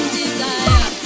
desire